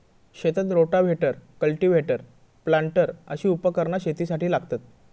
शेतात rotavator, cultivator, planter अशी उपकरणा शेतीसाठी लागतत